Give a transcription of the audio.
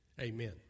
Amen